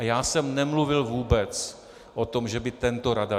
Já jsem nemluvil vůbec o tom, že by tento radar.